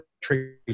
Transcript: trade